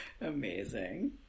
Amazing